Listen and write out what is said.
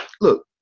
look